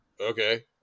okay